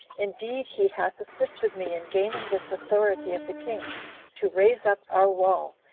indeed he hath assisted me in gaining this authority of the king to raise up our wall,